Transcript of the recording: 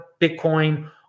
Bitcoin